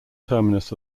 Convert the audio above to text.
terminus